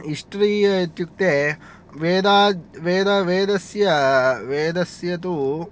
history इत्युक्ते वेदात् वेदस्य तु